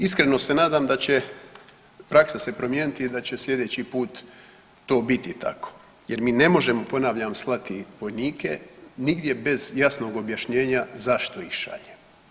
Iskreno se nadam da će praksa se promijeniti i da će slijedeći put to biti tako jer mi ne možemo, ponavljam, slati vojnike nigdje bez jasnog objašnjenja zašto ih šaljemo.